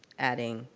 adding,